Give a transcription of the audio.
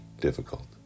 difficult